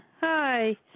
Hi